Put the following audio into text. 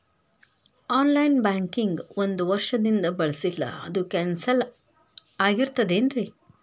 On line banking ಒಂದ್ ವರ್ಷದಿಂದ ಬಳಸಿಲ್ಲ ಅದು ಕ್ಯಾನ್ಸಲ್ ಆಗಿರ್ತದೇನ್ರಿ?